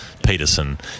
Peterson